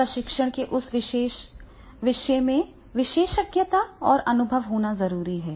प्रशिक्षण के उस विषय में विशेषज्ञता और अनुभव होना जरूरी है